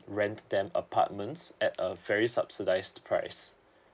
rent them apartments at a very subsidised price